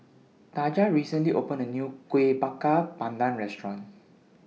Taja recently opened A New Kuih Bakar Pandan Restaurant